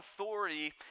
authority